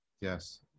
Yes